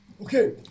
okay